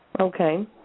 Okay